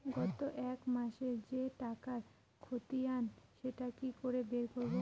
গত এক মাসের যে টাকার খতিয়ান সেটা কি করে বের করব?